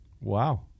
Wow